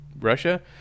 Russia